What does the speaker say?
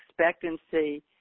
expectancy